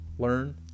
learn